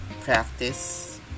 practice